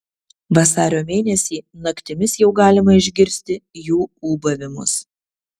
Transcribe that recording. vasario mėnesį naktimis jau galima išgirsti jų ūbavimus